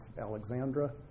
Alexandra